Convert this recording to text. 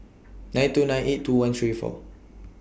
nine two nine eight two one three four